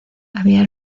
había